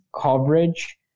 coverage